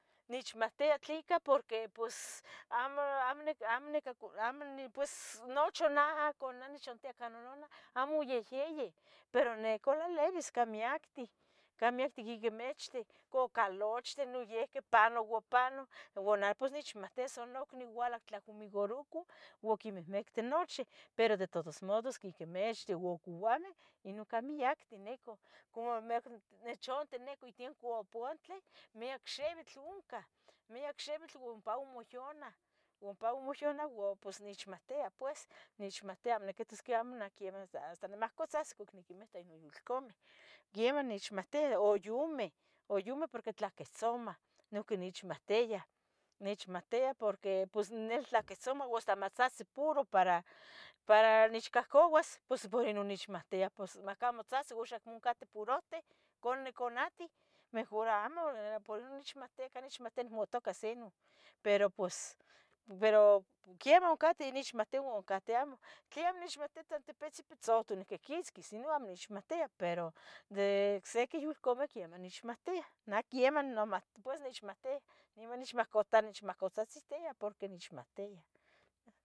Nechmahtia, tleca porque pos amo, amo, amo nic, amo ni, pues nochi naha con neh nechohtia con nononah amo yehyeyi, pero nehco lalebis cah miactih, cah miactih quiquimichtih, cocalochtih noyihqui panouah panoh, ua neh pos nechomohtia, se nocniu oualah octlahfumigarocu, oquimihmictih nochi, pero de todos modos, quiquimichtih u couameh, ino cah miacten nicu, como me tt nechonti nicuh itienco apouantli, miac xibitl ohnca, miac xibitl ompa omotonah, ompa omoyonah ua pos nechmahtia pues, nechmahtia amo niquihtos que amo neh quiemah hasta ni hasta nimahcotzahtzi cuac niquimita ino youlcameh, quiemah nechmohtia oyumeh, oyumeh porque tlahquehtzomah, noiqui nechmahtiah, nechmohtia porque pos neh queh tlaquehtzomah o hasta matzahtzih puro para nechcahcouas pos por ino nechmahtia pos macamo tzahtzin ux acmo oncah teporohtih conih conatiu, mejor amo por ica neh nechmahtia nimotocas ino, pero pos, pero queiemah, ocateh nechmohtia ua cateh amo, tli amo nechmohtia in tipitzi pitzotu nicquihquitzquis no amo nechmohtia, pero de ocsequi youlcameh quiemah nechmahtia, nah quiemah nimah pos nechmahtia nima nech tanimacotzahtziltia porque nechmahtiah.